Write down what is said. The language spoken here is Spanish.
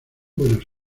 buenos